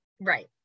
Right